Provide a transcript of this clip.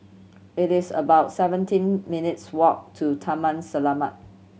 it is about seventeen minutes walk to Taman Selamat